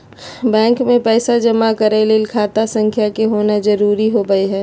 bank मे पैसा जमा करय ले खाता संख्या के होना जरुरी होबय हई